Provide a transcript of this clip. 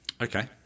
Okay